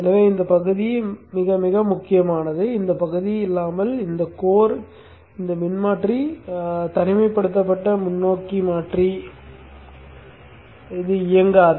எனவே இந்த பகுதி மிக மிக முக்கியமானது இந்த பகுதி இல்லாமல் இந்த கோர் இந்த மின்மாற்றி தனிமைப்படுத்தப்பட்ட முன்னோக்கி மாற்றி இயங்காது